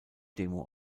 demo